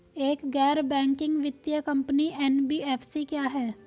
एक गैर बैंकिंग वित्तीय कंपनी एन.बी.एफ.सी क्या है?